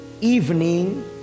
evening